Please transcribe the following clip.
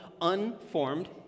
unformed